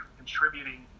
contributing